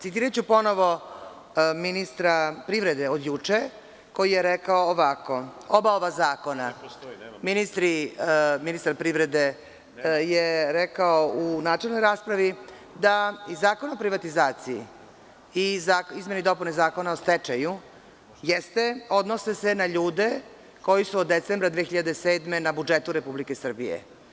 Citiraću ponovo ministra privrede od juče koji je rekao ovako – oba ova zakona ministar privrede je rekao u načelnoj raspravi da i Zakon o privatizaciji i izmene i dopune Zakona o stečaju odnose se na ljude koji su od decembra 2007. godine na budžetu Republike Srbije.